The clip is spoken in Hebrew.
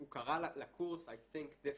הוא קרא לקורס I think different.